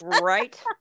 right